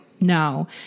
no